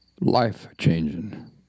Life-changing